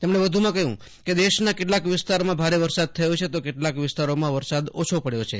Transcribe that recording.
તેમણે કહ્યું કેદેશના કેટલાક વિસ્તારોમાં ભારે વરસાદ જયારે કેટલાક વિસ્તારોમાં વરસાદ ઓછો પડ્યો છે